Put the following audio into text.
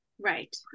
Right